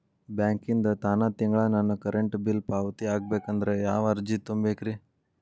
ಬ್ಯಾಂಕಿಂದ ತಾನ ತಿಂಗಳಾ ನನ್ನ ಕರೆಂಟ್ ಬಿಲ್ ಪಾವತಿ ಆಗ್ಬೇಕಂದ್ರ ಯಾವ ಅರ್ಜಿ ತುಂಬೇಕ್ರಿ?